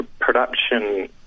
Production